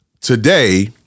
today